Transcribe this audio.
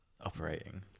operating